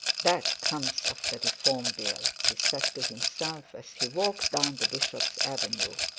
that comes of the reform bill he said to himself as he walked down the bishop's avenue.